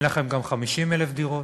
אין לכם גם 50,000 דירות,